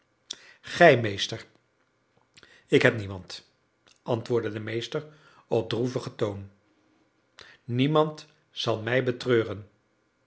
gij meester ik heb niemand antwoordde de meester op droevigen toon niemand zal mij betreuren